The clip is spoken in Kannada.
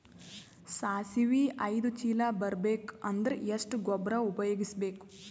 ಸಾಸಿವಿ ಐದು ಚೀಲ ಬರುಬೇಕ ಅಂದ್ರ ಎಷ್ಟ ಗೊಬ್ಬರ ಉಪಯೋಗಿಸಿ ಬೇಕು?